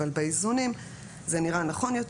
אבל באיזונים זה נראה נכון יותר.